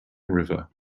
river